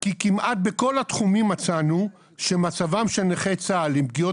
כי כמעט בכל התחומים מצאנו שמצבם של נכי צה"ל עם פגיעות